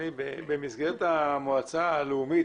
במסגרת המועצה הלאומית,